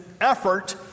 effort